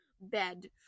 bed